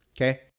Okay